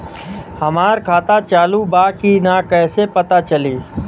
हमार खाता चालू बा कि ना कैसे पता चली?